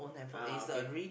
ah okay